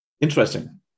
interesting